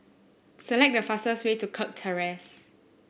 select the fastest way to Kirk Terrace